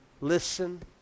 Listen